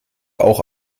auch